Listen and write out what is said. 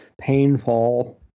painful